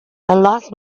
lost